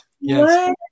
Yes